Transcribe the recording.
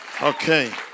Okay